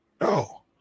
No